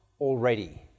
already